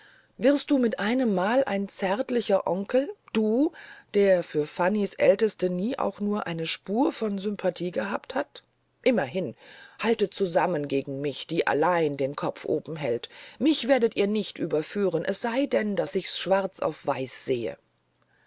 wirst du mit einemmal ein zärtlicher onkel du der für fannys aelteste nie auch nur eine spur von sympathie gehabt hat immerhin haltet zusammen gegen mich die allein den kopf oben behält mich werdet ihr nicht überführen es sei denn daß ich's schwarz auf weiß sehe